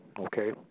Okay